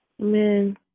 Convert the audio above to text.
Amen